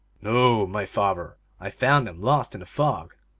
noo, my father, i found him lost in the fog.